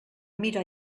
mira